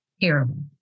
terrible